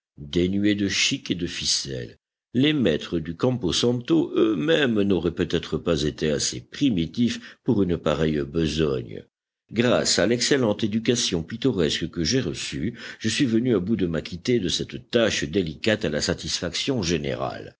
dénuée de chic et de ficelles les maîtres du campo santo eux-mêmes n'auraient peut-être pas été assez primitifs pour une pareille besogne grâce à l'excellente éducation pittoresque que j'ai reçue je suis venu à bout de m'acquitter de cette tâche délicate à la satisfaction générale